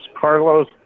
Carlos